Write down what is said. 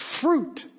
fruit